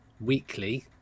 weekly